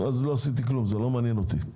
אז לא עשינו כלום וזה לא מעניין אותי.